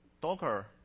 Docker